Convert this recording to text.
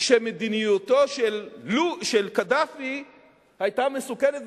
שמדיניותו של קדאפי היתה מסוכנת,